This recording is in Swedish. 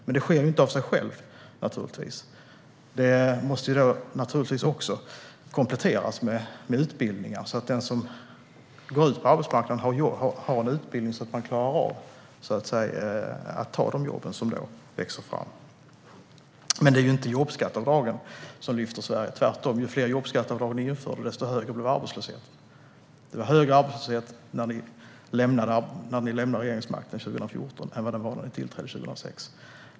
Men det sker inte av sig självt. Det måste kompletteras med utbildningar så att den som går ut på arbetsmarknaden har rätt utbildning för att ta de jobb som växer fram. Det var inte jobbskatteavdragen som lyfte Sverige, tvärtom. Ju fler jobbskatteavdrag ni införde, desto högre blev arbetslösheten. Det var högre arbetslöshet när ni lämnade regeringsmakten 2014 än när ni tillträdde 2006.